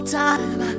time